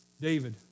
David